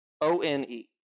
O-N-E